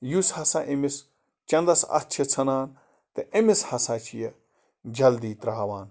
یُس ہسا أمِس چنٛدَس اَتھٕ چھِ ژھٕنان تہٕ أمِس ہسا چھِ یہِ جَلدی ترٛاوان